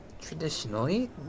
traditionally